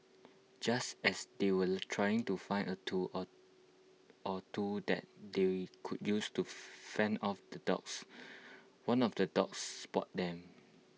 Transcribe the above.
just as they were trying to find A tool or or two that they could use to fend off the dogs one of the dogs spotted them